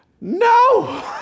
No